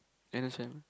Addam's Family